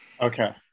Okay